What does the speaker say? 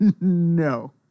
No